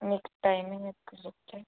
మీకు టైమింగ్ ఎప్పుడు చెప్తే